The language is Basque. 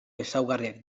ezaugarriak